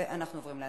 אנחנו עוברים להצבעה.